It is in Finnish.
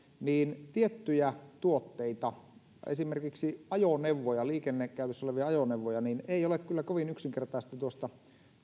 niin tiettyjä tuotteita esimerkiksi liikennekäytössä olevia ajoneuvoja ei ole kyllä kovin yksinkertaista tuosta